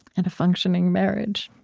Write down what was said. and a functioning marriage?